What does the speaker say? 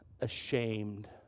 ashamed